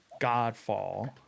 Godfall